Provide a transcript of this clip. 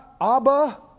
Abba